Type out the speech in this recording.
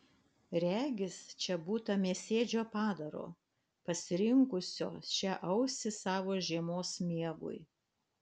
regis čia būta mėsėdžio padaro pasirinkusio šią ausį savo žiemos miegui